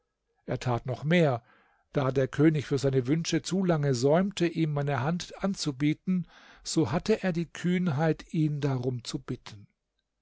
er tat noch mehr da der könig für seine wünsche zu lange säumte ihm meine hand anzubieten so hatte er die kühnheit ihn darum zu bitten